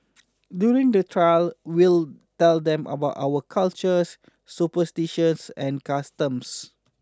during the trail we'll tell them about our cultures superstitions and customs